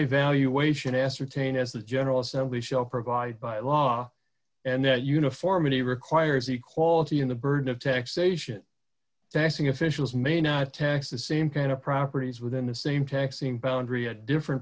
by valuation ascertain as the general assembly shall provide by law and that uniformity requires equality in the burden of taxation taxing officials may not tax the same kind of properties within the same taxing boundary at different